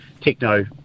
techno